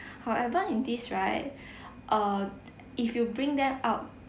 however in this right err if you bring them out